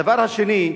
הדבר השני,